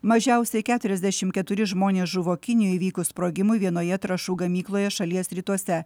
mažiausiai keturiasdešim keturi žmonės žuvo kinijoj įvykus sprogimui vienoje trąšų gamykloje šalies rytuose